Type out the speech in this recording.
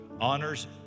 honors